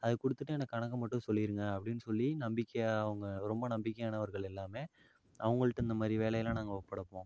அதை கொடுத்துட்டு எனக்கு கணக்கை மட்டும் சொல்லிருங்க அப்படின்னு சொல்லி நம்பிக்கையாக அவங்க ரொம்ப நம்பிக்கையானவர்கள் எல்லாமே அவங்கள்ட்ட இந்தமாதிரி வேலையெல்லாம் நாங்கள் ஒப்படைப்போம்